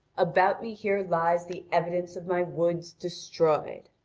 about me here lies the evidence of my woods destroyed.